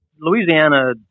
Louisiana